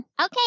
Okay